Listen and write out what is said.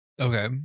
Okay